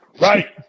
Right